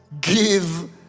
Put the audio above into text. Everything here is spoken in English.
give